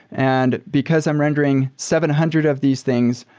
and because i'm rendering seven hundred of these things,